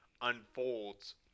unfolds